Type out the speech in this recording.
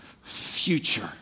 future